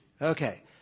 Okay